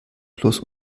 plus